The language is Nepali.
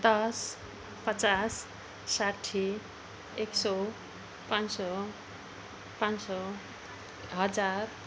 दस पचास साठी एक सय पाँच सय पाँच सय हजार